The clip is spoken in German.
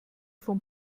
von